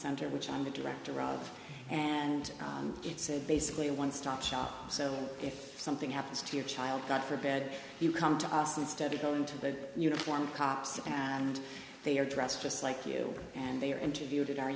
center which i'm the director of and it said basically a one stop shop so if something happens to your child got for bed you come to us instead of going to the uniformed cops and they are dressed just like you and they are interviewed in our